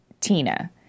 Tina